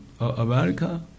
America